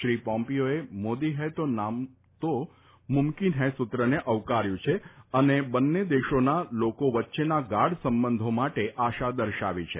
શ્રી પોમ્પીયોએ મોદી હૈ તો મુમકીન હૈ સૂત્રને આવકાર્યું છે અને બંને દેશોના લોકો વચ્ચેના ગાઢ સંબંધો માટે આશા દર્શાવી છે